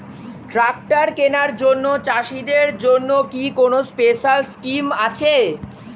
Tractor কেনার জন্য চাষিদের জন্য কি কোনো স্পেশাল স্কিম আছে?